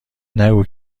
نگو